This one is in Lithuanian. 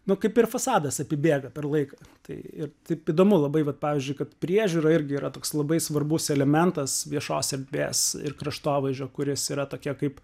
nu kaip ir fasadas apibėga per laiką tai ir taip įdomu labai vat pavyzdžiui kad priežiūra irgi yra toks labai svarbus elementas viešos erdvės ir kraštovaizdžio kuris yra tokia kaip